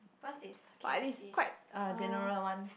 what's this okay let's see uh